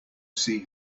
see